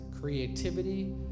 creativity